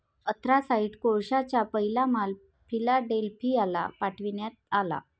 anthracite कोळशाचा पहिला माल फिलाडेल्फियाला पाठविण्यात आला